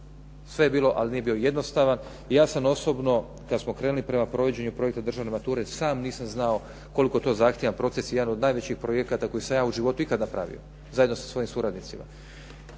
koji je bio sve samo ne jednostavan. I ja sam osobno, kad smo krenuli prema provođenju projekta državne mature, sam nisam znao koliko to zahtijeva, proces jedan od najvećih projekata koje sam ja ikada u životu pravio, zajedno sa svojim suradnicima.